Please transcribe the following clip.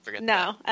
No